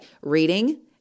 reading